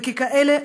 וככאלה,